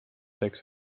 seks